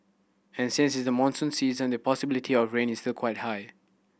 and since it's the monsoon season the possibility of rain is the quite high